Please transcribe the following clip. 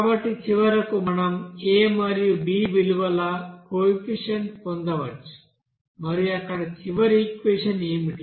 కాబట్టి చివరకు మనం a మరియు b విలువల కోఎఫిషియెంట్స్ పొందవచ్చు మరియు అక్కడ చివరి ఈక్వెషన్ ఏమిటి